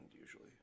usually